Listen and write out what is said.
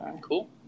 cool